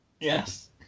Yes